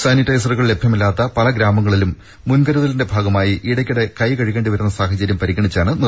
സാനിറ്റൈസറുകൾ ലഭ്യമല്ലാത്ത പല ഗ്രാമങ്ങളിലും മുൻകരുതലിന്റെ ഭാഗമായി ഇടക്കിടെ കൈ കഴുകേണ്ടി വരുന്ന സാഹചര്യം പരിഗണിച്ചാണ് നിർദേശം